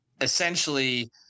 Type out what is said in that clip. essentially –